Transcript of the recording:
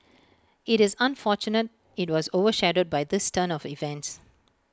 IT is unfortunate IT was over shadowed by this turn of events